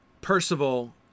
Percival